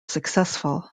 successful